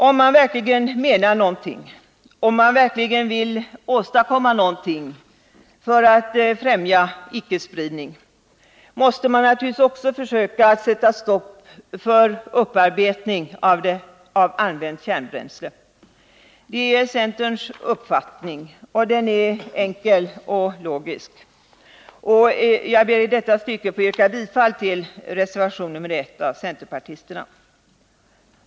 Om man verkligen menar någonting, om man verkligen vill åstadkomma någonting för att främja icke-spridning, måste man naturligtvis också försöka sätta stopp för upparbetning av använt kärnbränsle. Det är centerns uppfattning, och den är enkel och logisk. Jag ber i detta stycke att få yrka bifall till reservation nr1 av centerpartisterna.